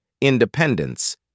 independence